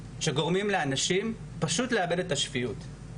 שגורמים לאנשים פשוט לאבד את השפיות.